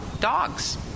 dogs